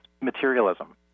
materialism